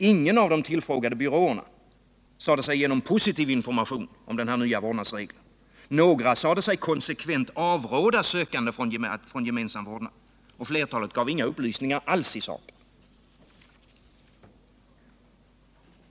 Ingen av de tillfrågade byråerna sade sig ge någon positiv information om denna nya vårdnadsregel, några sade sig konsekvent avråda sökande från gemensam vårdnad, och flertalet gav inga upplysningar alls i saken.